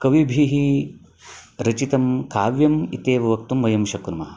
कविभिः रचितं काव्यम् इत्येव वक्तुं वयं शक्नुमः